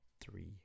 three